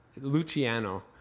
Luciano